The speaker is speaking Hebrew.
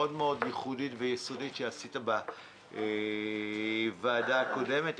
מאוד מאוד ייחודית ויסודית שעשית בוועדה הקודמת.